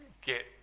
get